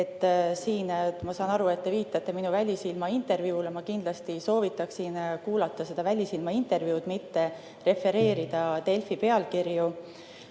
Ma saan aru, et te viitasite minu "Välisilma" intervjuule. Ma kindlasti soovitaksin kuulata seda "Välisilma" intervjuud, mitte refereerida Delfi pealkirju.